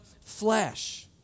flesh